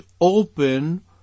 open